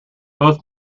both